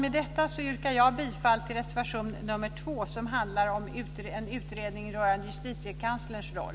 Med detta yrkar jag bifall till reservation nr 2, som handlar om en utredning rörande Justitiekanslerns roll.